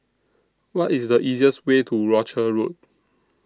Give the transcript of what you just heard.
What IS The easiest Way to Rochor Road